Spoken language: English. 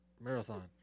marathon